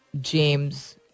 James